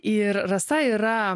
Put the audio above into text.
ir rasa yra